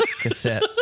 cassette